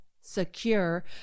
secure